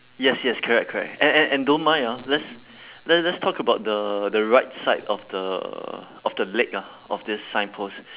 yes yes correct correct and and and don't mind ah let's let's let's talk about the the right side of the of the leg ah of this signpost